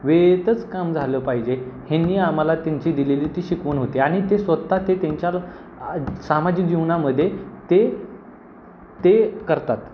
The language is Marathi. वेळेतच काम झालं पाहिजे ह्यांनी आम्हाला त्यांची दिलेली ती शिकवण होती आणि ते स्वतः ते त्यांच्या सामाजिक जीवनामध्ये ते ते करतात